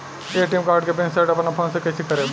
ATM card के pin set अपना phone से कइसे करेम?